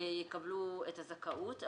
יקבלו את הזכאות.